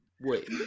Wait